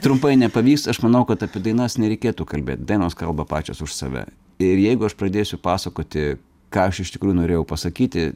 trumpai nepavyks aš manau kad apie dainas nereikėtų kalbėt dainos kalba pačios už save ir jeigu aš pradėsiu pasakoti ką aš iš tikrųjų norėjau pasakyti